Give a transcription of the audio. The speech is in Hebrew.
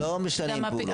זה לא משנה מה הפעולות.